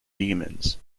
demons